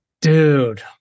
dude